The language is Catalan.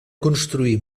construir